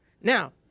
Now